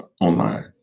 online